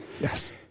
yes